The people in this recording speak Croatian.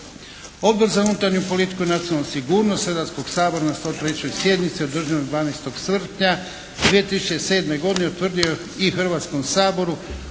Odbor za unutarnju politiku i nacionalnu sigurnost Hrvatskog sabora na 103. sjednici održanoj 12. srpnja 2007. godine utvrdio je i Hrvatskom saboru